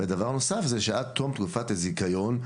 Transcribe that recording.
ודבר נוסף זה שעד תום תקופת הזיכיון,